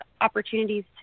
opportunities